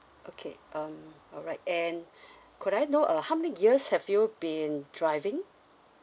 okay um alright and could I know uh how many years have you been driving